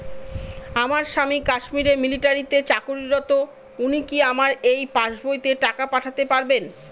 আমার স্বামী কাশ্মীরে মিলিটারিতে চাকুরিরত উনি কি আমার এই পাসবইতে টাকা পাঠাতে পারবেন?